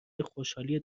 خوشحالی